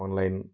online